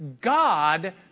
God